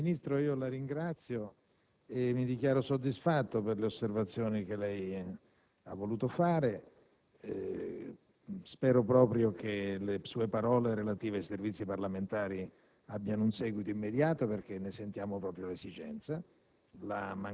Ministro, la ringrazio e mi dichiaro soddisfatto per le osservazioni che ha voluto fare. Spero proprio che le sue parole relative ai servizi parlamentari abbiano un seguito immediato, perché ne sentiamo proprio l'esigenza.